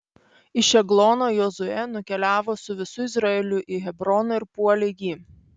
iš eglono jozuė nukeliavo su visu izraeliu į hebroną ir puolė jį